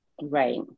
Right